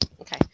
Okay